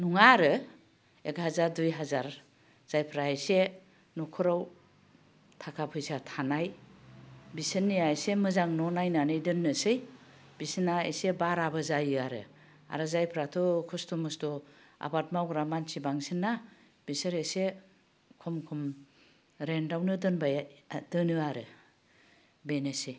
नङा आरो एग हाजार दुइ हाजार जायफ्रा एसे न'खराव थाखा फैसा थानाय बिसोरनिया एसे मोजां न' नायनानै दोननोसै बिसोरना एसे बाराबो जायो आरो आरो जायफ्राथ' खस्थ ' मस्थ' आबाद मावग्रा मानसि बांसिनना बिसोर एसे खम खम रेन्तआवनो दोनबाय दोनो आरो बेनोसै